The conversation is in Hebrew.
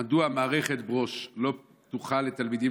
1. מדוע מערכת ברוש לא פתוחה לתלמידים